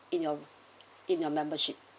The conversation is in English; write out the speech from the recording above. in your in your membership